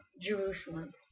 Jerusalem